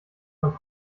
man